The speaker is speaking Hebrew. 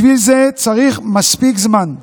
בשביל זה צריך מספיק זמן.